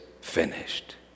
finished